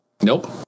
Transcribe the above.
Nope